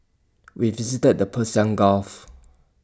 we visited the Persian gulf